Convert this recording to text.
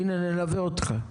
הנה אנחנו נלווה אותך,